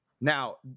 Now